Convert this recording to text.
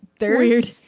Weird